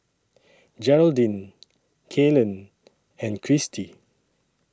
Jeraldine Kalen and Kristi